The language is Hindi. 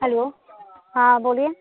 हेलो हाँ बोलिए